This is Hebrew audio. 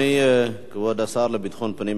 כבוד השר לביטחון פנים, אהרונוביץ,